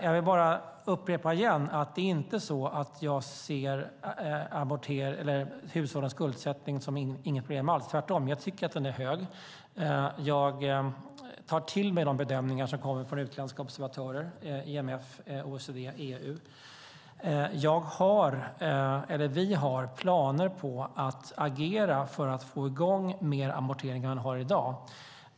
Jag vill bara upprepa att det inte är så att jag inte ser hushållens skuldsättning som något problem alls - tvärtom. Jag tycker att den är hög. Jag tar till mig de bedömningar som kommer från utländska observatörer som IMF, OECD och EU. Vi har planer på att agera för att få i gång mer amortering än man har i dag.